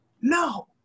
no